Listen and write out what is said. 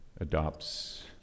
adopts